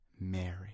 Mary